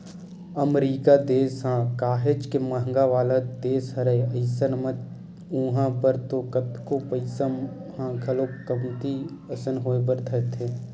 अमरीका देस ह काहेच के महंगा वाला देस हरय अइसन म उहाँ बर तो कतको पइसा ह घलोक कमती असन होय बर धरथे